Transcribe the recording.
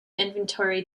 inventory